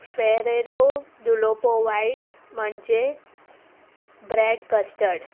Ferrero सुलोपो वायट म्हणजे ब्रॅड कस्टड